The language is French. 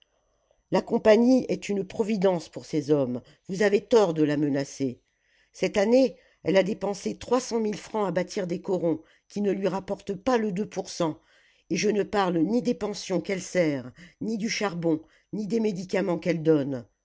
la compagnie est une providence pour ses hommes vous avez tort de la menacer cette année elle a dépensé trois cent mille francs à bâtir des corons qui ne lui rapportent pas le deux pour cent et je ne parle ni des pensions qu'elle sert ni du charbon ni des médicaments qu'elle donne